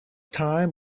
time